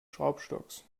schraubstocks